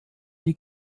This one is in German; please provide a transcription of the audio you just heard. die